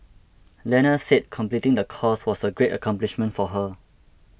Lena said completing the course was a great accomplishment for her